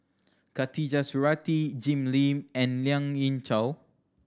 Khatijah Surattee Jim Lim and Lien Ying Chow